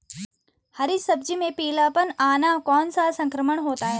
हरी सब्जी में पीलापन आना कौन सा संक्रमण होता है?